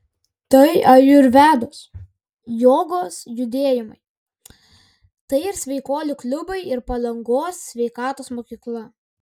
tai ajurvedos jogos judėjimai tai ir sveikuolių klubai ir palangos sveikatos mokykla